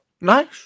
Nice